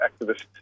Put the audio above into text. Activists